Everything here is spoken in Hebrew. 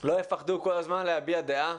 לא יפחדו כל הזמן להביע דעה.